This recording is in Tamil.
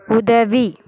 உதவி